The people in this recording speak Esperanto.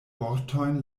vortojn